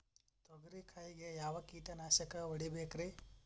ತೊಗರಿ ಕಾಯಿಗೆ ಯಾವ ಕೀಟನಾಶಕ ಹೊಡಿಬೇಕರಿ?